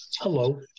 Hello